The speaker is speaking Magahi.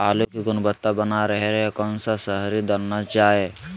आलू की गुनबता बना रहे रहे कौन सा शहरी दलना चाये?